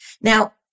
Now